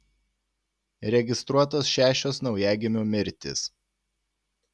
registruotos šešios naujagimių mirtys